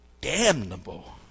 damnable